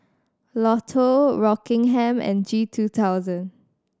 Lotto Rockingham and G two thousand